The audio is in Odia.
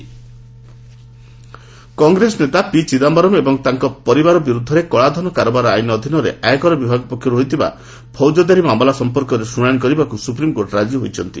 ଏସ୍ସି ଚିଦାୟରମ୍ କଂଗ୍ରେସ ନେତା ପିଚିଦାୟରମ୍ ଏବଂ ତାଙ୍କ ପରିବାର ବିରୁଦ୍ଧରେ କଳାଧନ କାରବାର ଆଇନ ଅଧୀନରେ ଆୟକର ବିଭାଗ ପକ୍ଷର୍ ହୋଇଥିବା ଫୌଜଦାରୀ ମାମଲା ସମ୍ପର୍କରେ ଶୁଣାଣି କରିବାକୁ ସୁପ୍ରିମ୍କୋର୍ଟ ରାଜି ହୋଇଛନ୍ତି